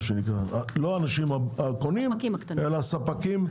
מה שנקרא לא על הקונים אלא על הספקים.